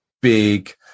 big